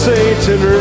Satan